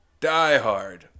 diehard